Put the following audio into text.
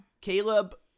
Caleb